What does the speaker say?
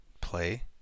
play